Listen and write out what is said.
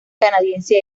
canadiense